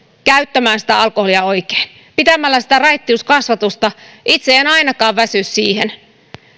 käyttämään sitä alkoholia oikein pitämällä sitä raittiuskasvatusta ainakaan itse en väsy siihen